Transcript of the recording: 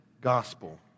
gospel